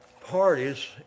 parties